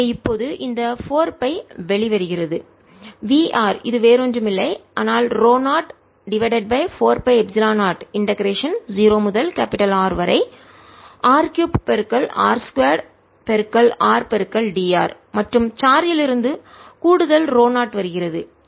எனவே இப்போது இந்த 4 பை வெளியே வருகிறது v இது வேறு ஒன்றும் இல்லை ஆனால் ρ0 divided by 4 pi epsilon 0 integration ஒருங்கிணைப்பு 0 முதல் R வரை r 3 r 2rdr மற்றும் சார்ஜ் லிருந்து கூடுதல் ρ0 வருகிறது